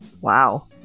Wow